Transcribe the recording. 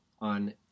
on